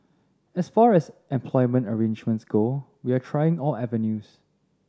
as far as employment arrangements go we are trying all avenues